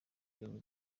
bintu